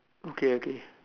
okay okay